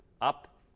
up